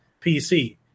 PC